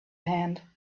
hand